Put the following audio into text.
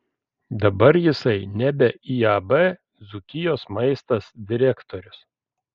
dabar jisai nebe iab dzūkijos maistas direktorius